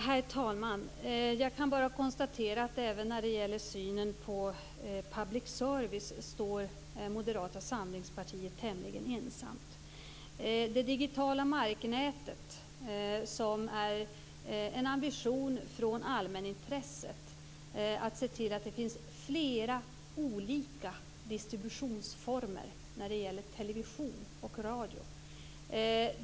Herr talman! Jag kan bara konstatera att även när det gäller synen på public service står Moderata samlingspartiet tämligen ensamt. Det digitala marknätet är en ambition från allmänintresset att se till att det finns flera olika distributionsformer för television och radio.